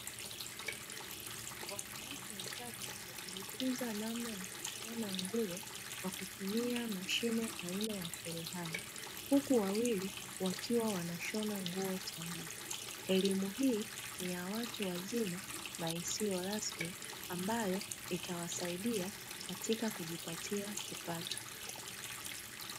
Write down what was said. Wanawake watatu wakijifunza namna ya kushona nguo kwa kutumia mashine aina ya cherehani, huku wawili wakiwa wanashona nguo chini. Elimu hii ni ya watu wazima na isiyo rasmi ambayo itawasaidia katika kujipatia kipato.